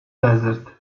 desert